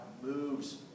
moves